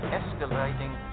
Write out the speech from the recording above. escalating